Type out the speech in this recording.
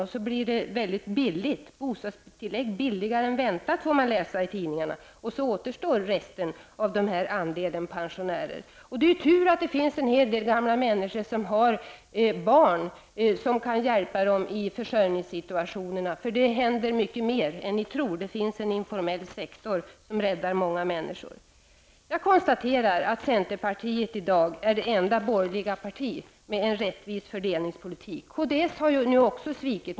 Därför blir detta bostadstillägg billigare än vad man hade räknat med, vilket man kan läsa om i tidningarna. Det är ju tur att det finns en hel del gamla människor som har barn som kan hjälpa dem med försörjningen. Det händer nämligen mycket mer än socialdemokraterna tror. Det finns nämligen en informell sektor som räddar många människor. Jag konstaterar att centerpartiet i dag är det enda borgerliga partiet som för en rättvis fördelningspolitik. Kds har också svikit.